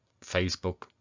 Facebook